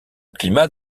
climat